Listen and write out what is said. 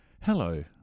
Hello